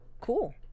cool